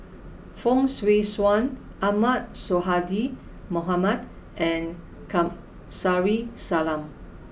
Fong Swee Suan Ahmad Sonhadji Mohamad and Kamsari Salam